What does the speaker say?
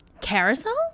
Carousel